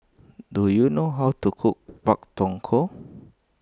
do you know how to cook Pak Thong Ko